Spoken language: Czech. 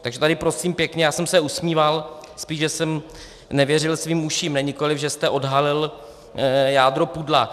Takže tady prosím pěkně, já jsem se usmíval spíš, že jsem nevěřil svým uším, nikoli že jste odhalil jádro pudla.